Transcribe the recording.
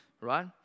right